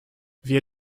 wir